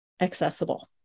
accessible